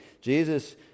Jesus